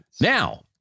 now